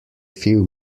few